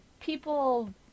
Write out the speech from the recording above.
people